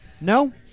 No